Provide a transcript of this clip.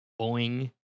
boing